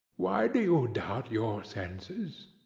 why do you doubt your senses?